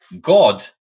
God